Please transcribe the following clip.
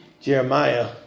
Jeremiah